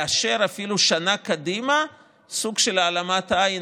לאשר אפילו לשנה קדימה סוג של העלמת עין